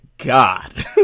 god